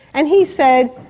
and he said,